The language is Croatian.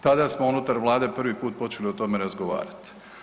Tada smo unutar vlade prvi put počeli o tome razgovarat.